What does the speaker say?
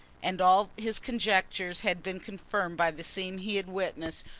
and all his conjectures had been confirmed by the scene he had witnessed,